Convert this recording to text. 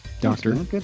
Doctor